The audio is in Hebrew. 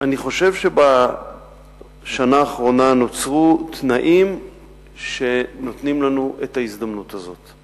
אני חושב שבשנה האחרונה נוצרו תנאים שנותנים לנו את ההזדמנות הזאת: